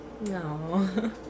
No